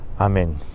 Amen